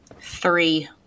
Three